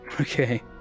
Okay